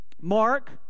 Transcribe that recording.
Mark